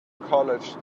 college